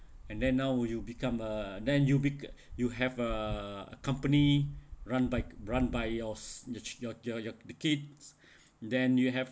and then now you become uh then you bec~ you have uh company run bike~ run by yours your your your your kids then you have